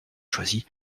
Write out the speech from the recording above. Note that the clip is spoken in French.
choisi